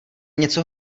něco